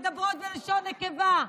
ומדברות בלשון נקבה,